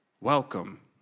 welcome